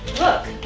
look.